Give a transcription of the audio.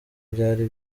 byari